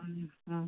ആ